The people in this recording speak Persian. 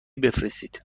بفرستید